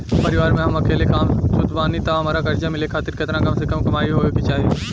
परिवार में हम अकेले कमासुत बानी त हमरा कर्जा मिले खातिर केतना कम से कम कमाई होए के चाही?